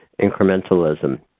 incrementalism